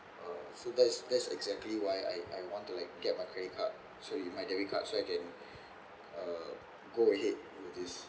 uh so that is that is exactly why I I want to like get my credit card so with my debit card so I can uh go ahead with this